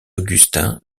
augustins